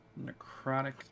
necrotic